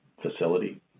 facility